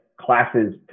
classes